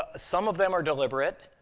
ah some of them are deliberate.